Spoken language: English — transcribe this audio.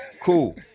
cool